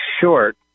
short